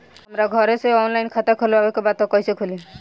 हमरा घरे से ऑनलाइन खाता खोलवावे के बा त कइसे खुली?